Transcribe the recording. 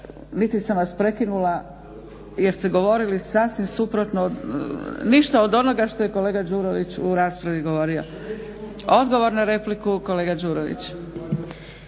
niti sam vas prekinula jer ste govorili sasvim suprotno, ništa od onoga što je kolega Đurović u raspravi govorio. Odgovor na repliku, kolega Đurović.